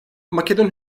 makedon